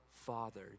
Father